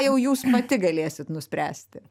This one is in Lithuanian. jau jūs pati galėsit nuspręsti